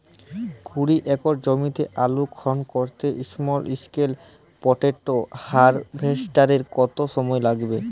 কুড়ি একর জমিতে আলুর খনন করতে স্মল স্কেল পটেটো হারভেস্টারের কত সময় লাগবে?